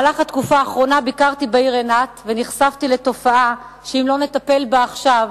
בתקופה האחרונה ביקרתי בעיר אילת ונחשפתי לתופעה שאם לא נטפל בה עכשיו,